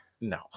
No